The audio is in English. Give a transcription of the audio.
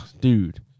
Dude